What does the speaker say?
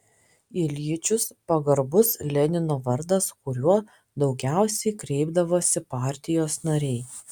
iljičius pagarbus lenino vardas kuriuo daugiausiai kreipdavosi partijos nariai